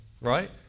right